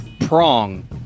Prong